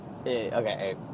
Okay